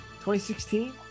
2016